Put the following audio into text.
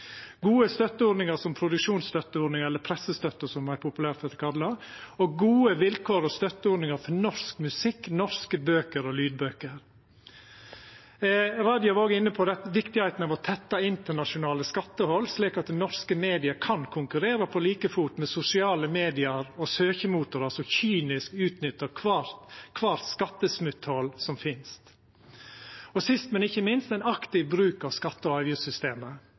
gode støtteordningar, som produksjonsstøtteordninga – eller pressestøtta, som ho populært vert kalla – og gode vilkår og støtteordningar for norsk musikk, norske bøker og norske lydbøker. Statsråd Raja var òg inne på dette med viktigheita av å tetta internasjonale skattehol slik at norske medium kan konkurrera på like fot med sosiale medium og søkemotorar som kynisk utnyttar kvart skattesmutthol som finst, og sist, men ikkje minst: ein aktiv bruk av skatte- og avgiftssystemet.